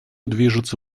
движется